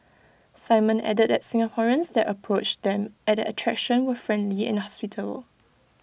simon added that Singaporeans that approached them at the attraction were friendly and hospitable